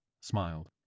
smiled